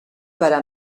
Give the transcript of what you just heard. para